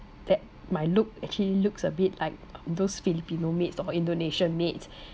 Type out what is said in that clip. that my look actually looks a bit like those filipino maids or indonesian maids